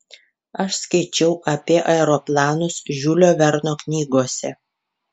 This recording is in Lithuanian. aš skaičiau apie aeroplanus žiulio verno knygose